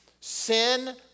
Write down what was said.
sin